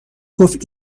گفت